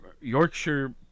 Yorkshire